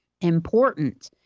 important